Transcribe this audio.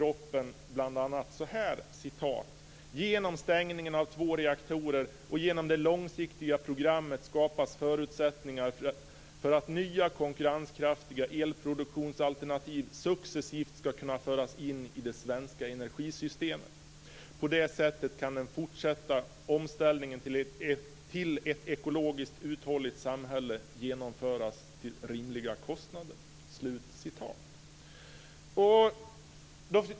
Man sade i propositionen att genom stängningen av två reaktorer och genom det långsiktiga programmet skapas förutsättningar för att nya konkurrenskraftiga elproduktionsalternativ successivt ska kunna föras in i det svenska energisystemet. På det sättet kan den fortsatta omställningen till ett ekologiskt uthålligt samhälle genomföras till rimliga kostnader.